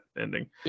ending